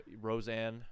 roseanne